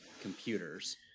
computers